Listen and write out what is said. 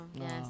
Yes